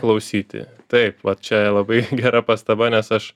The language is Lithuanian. klausyti taip va čia labai gera pastaba nes aš